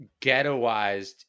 ghettoized